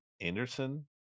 Anderson